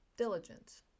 Diligent